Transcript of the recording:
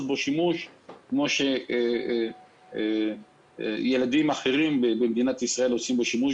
גם בו שימוש כמו שילדים אחרים במדינת ישראל עושים בו שימוש,